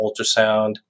ultrasound